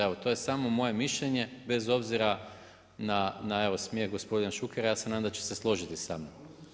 Evo to je samo moje mišljenje, bez obzira na smjer gospodina Šukera, ja se nadam da će se složiti samnom.